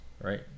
right